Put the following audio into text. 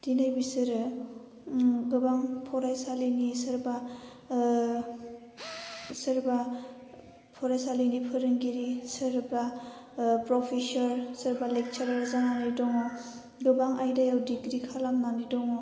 दिनै बिसोरो गोबां फरायसालिनि सोरबा सोरबा फरायसालिनि फोरोंगिरि सोरबा प्रफेसार सोरबा लेकचारार जानानै दङ गोबां आयदायाव डिग्रि खालामनानै दङ